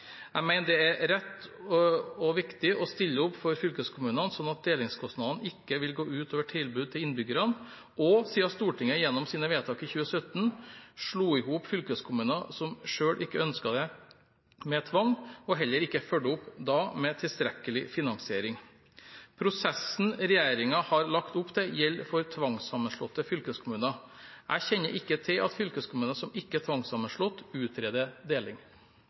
Jeg mener det er riktig og viktig å stille opp for fylkeskommunene slik at delingskostnadene ikke vil gå ut over tilbudet til innbyggerne, også siden Stortinget gjennom sine vedtak i 2017 slo sammen fylkeskommuner som selv ikke ønsket det, med tvang – og heller ikke fulgte opp med tilstrekkelig finansiering. Prosessen regjeringen har lagt opp til, gjelder for tvangssammenslåtte fylkeskommuner. Jeg kjenner ikke til at fylkeskommuner som ikke er tvangssammenslått, utreder deling.